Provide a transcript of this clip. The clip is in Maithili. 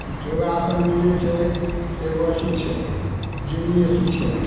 योगासन भी जे छै से एगो अथी छै जीवनी अथी छै